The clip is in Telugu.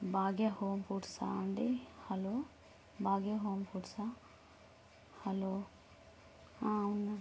భాగ్య హోమ్ ఫుడ్సా అండీ హలో భాగ్య హోమ్ ఫుడ్సా హలో ఆ అవునా